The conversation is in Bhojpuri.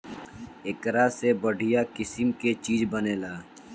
एकरा से बढ़िया किसिम के चीज बनेला